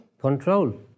Control